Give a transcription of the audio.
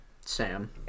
Sam